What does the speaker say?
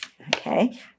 Okay